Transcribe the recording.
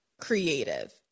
creative